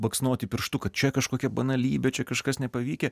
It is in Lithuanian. baksnoti pirštu kad čia kažkokia banalybė čia kažkas nepavykę